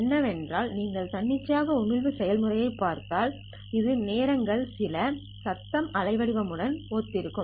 என்னவென்றால் நீங்கள் தன்னிச்சையான உமிழ்வு செயல்முறையைப் பார்த்தால் அது நேர கள சில சத்தம் அலைவடிவம் உடன் ஒத்திருக்கும்